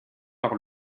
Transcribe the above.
par